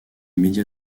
media